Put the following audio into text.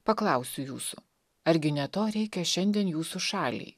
paklausiu jūsų argi ne to reikia šiandien jūsų šaliai